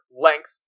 length